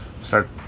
start